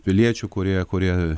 piliečių kurie kurie